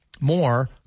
more